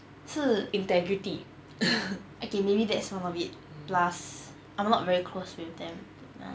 是 integrity okay maybe that's one of it plus I'm not very close with them